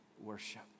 worship